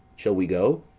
shall we go?